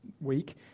week